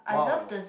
wow